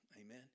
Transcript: Amen